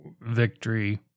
victory